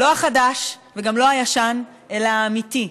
לא החדש וגם לא הישן, אלא האמיתי,